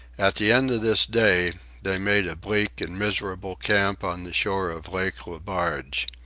at the end of this day they made a bleak and miserable camp on the shore of lake le barge.